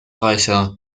reicher